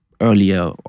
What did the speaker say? earlier